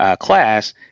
class